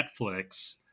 netflix